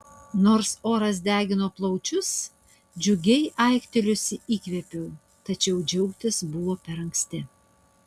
nors oras degino plaučius džiugiai aiktelėjusi įkvėpiau tačiau džiaugtis buvo per anksti